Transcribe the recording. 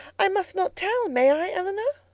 i must not tell, may i, elinor?